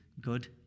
good